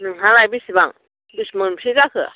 नोंहालाय बेसेबां पिस मोनफ्से जाखो